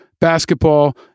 basketball